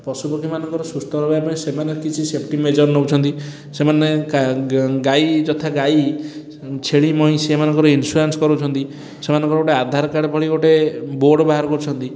ପଶୁପକ୍ଷୀମାନଙ୍କର ସୁସ୍ଥ ରହିବାପାଇଁ ସେମାନେ କିଛି ସେଫ୍ଟି ମେଜର୍ ନେଉଛନ୍ତି ସେମାନେ ଗାଈ ଯଥା ଗାଈ ଛେଳି ମଇଁଷି ଏମାନଙ୍କର ଇନ୍ସୁରାନ୍ସ୍ କରାଉଛନ୍ତି ସେମାନଙ୍କର ଆଧାରକାର୍ଡ଼ ଭଳି ଗୋଟେ ବୋର୍ଡ଼ ବାହାର କରୁଛନ୍ତି